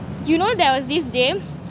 you know there was this day